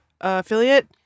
affiliate